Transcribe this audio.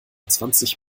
zwanzig